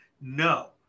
No